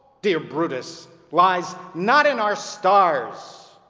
dear brutus, lies not in our stars,